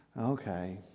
Okay